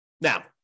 Now